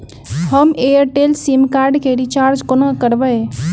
हम Airtel sim card केँ recharge कोना करबै?